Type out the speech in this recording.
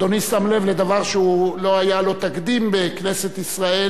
אדוני שם לב לדבר שלא היה לו תקדים בכנסת ישראל